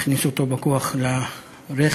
הכניסו אותו בכוח לרכב,